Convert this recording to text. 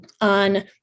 on